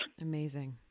Amazing